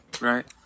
right